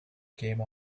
came